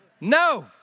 No